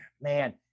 man